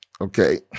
Okay